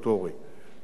זה איסור בחוק,